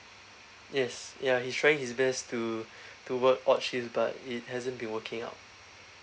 yes ya he's trying his best to to work odd shifts but it hasn't been working out